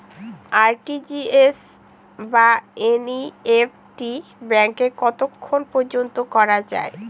RTGS বা NEFT ব্যাংকে কতক্ষণ পর্যন্ত করা যায়?